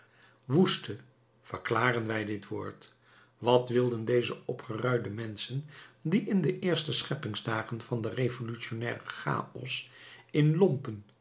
woeste verklaren wij dit woord wat wilden deze opgeruide menschen die in de eerste scheppingsdagen van den revolutionnairen chaos in lompen